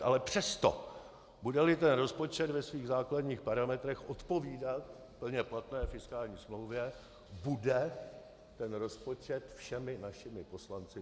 Ale přesto, budeli rozpočet ve svých základních parametrech odpovídat plně platné fiskální smlouvě, bude ten rozpočet všemi našimi poslanci podpořen.